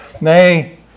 Nay